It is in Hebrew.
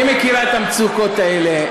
היא מכירה את המצוקות האלה,